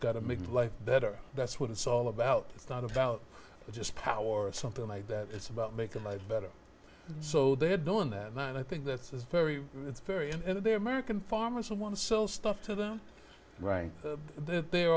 to make life better that's what it's all about it's not about just power or something like that it's about making life better so they're doing that night i think that it's very it's very and they're american farmers who want to sell stuff to them right then there